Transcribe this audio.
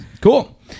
cool